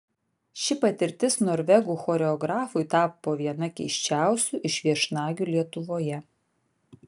ši patirtis norvegų choreografui tapo viena keisčiausių iš viešnagių lietuvoje